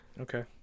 Okay